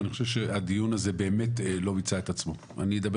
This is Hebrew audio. אני חושב שהדיון הזה באמת לא מיצה את עצמו.